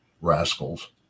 rascals